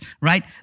right